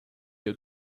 your